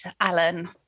Alan